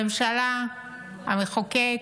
הממשלה, המחוקק,